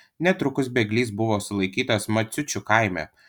netrukus bėglys buvo sulaikytas maciučių kaime